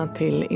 till